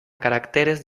caracteres